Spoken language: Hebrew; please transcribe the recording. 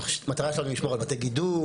המטרה שלנו לשמור על בתי גידול,